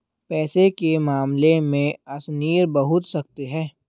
पैसे के मामले में अशनीर बहुत सख्त है